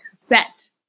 set